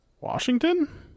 Washington